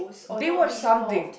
they watch something